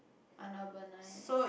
unurbanized